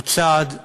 הוא צעד נוסף,